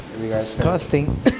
Disgusting